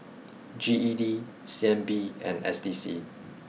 G E D C N B and S D C